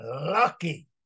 lucky